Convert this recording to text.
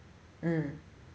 mm